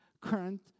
current